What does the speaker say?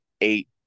eight